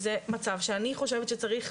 זה מצב שאני חושבת שצריך,